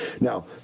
Now